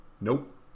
nope